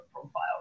Profile